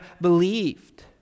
believed